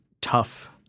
tough